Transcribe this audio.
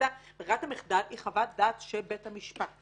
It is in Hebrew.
ברירת המחדל היא חוות דעת של בית המשפט.